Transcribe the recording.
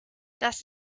das